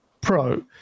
Pro